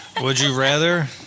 Would-you-rather